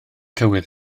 tywydd